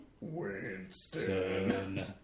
Winston